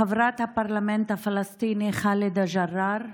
חברת הפרלמנט הפלסטיני ח'אלדה ג'ראר,